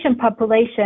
population